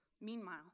Meanwhile